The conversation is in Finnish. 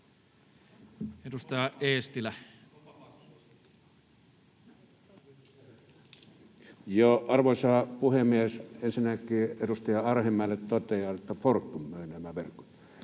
Edustaja Eestilä. Arvoisa puhemies! Ensinnäkin edustaja Arhinmäelle totean, että Fortum myi nämä verkot.